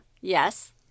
yes